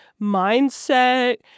mindset